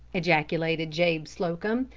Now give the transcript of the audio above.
ejaculated jabe slocum,